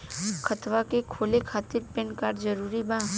खतवा के खोले खातिर पेन कार्ड जरूरी बा?